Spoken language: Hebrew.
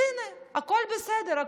והינה, הכול בסדר.